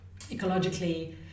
ecologically